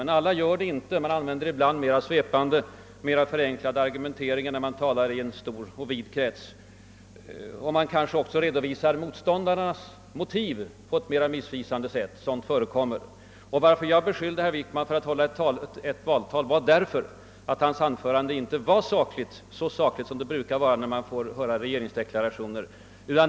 Men alla gör det inte, ty det används ibland mera svepande och mera förenklade argumenteringar inför en stor publik. Det förekommer också att motståndarnas motiv återges mera missvisande. Anledningen till att jag beskyllde herr Wickman för att hålla ett valtal var att hans anförande inte var så sakligt som brukligt är när det rör sig om en regeringsdeklaration.